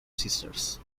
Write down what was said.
sisters